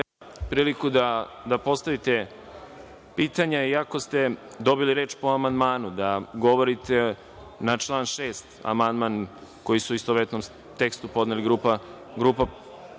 priliku da postavite pitanja, iako ste dobili reč po amandmanu, da govorite na član 6, amandman koji je u istovetnom tekstu podnela grupa